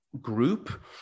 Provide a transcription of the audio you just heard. group